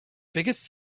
biggest